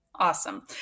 Awesome